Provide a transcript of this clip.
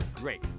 great